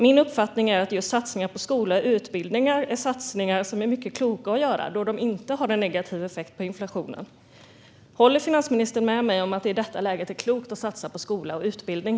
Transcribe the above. Min uppfattning är att just satsningar på skola och utbildning är mycket kloka att göra då de inte har en negativ effekt på inflationen. Håller finansministern med mig om att det i detta läge är klokt att satsa på skola och utbildning?